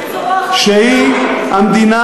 שהיא המדינה